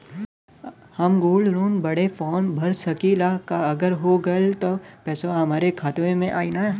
हम gold loan बड़े form भर सकी ला का अगर हो गैल त पेसवा हमरे खतवा में आई ना?